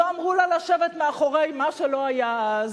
לא אמרו לה לשבת מאחורי מה שלא היה אז,